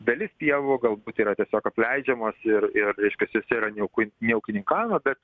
dalis pievų galbūt yra tiesiog apleidžiamos ir ir reiškiasi jose yra niukui neūkininkavimas bet